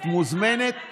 את מוזמנת, אני